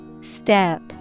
Step